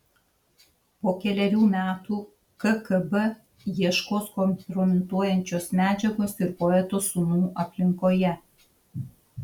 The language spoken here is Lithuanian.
po kelerių metų kgb ieškos kompromituojančios medžiagos ir poeto sūnų aplinkoje